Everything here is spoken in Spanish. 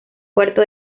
puerto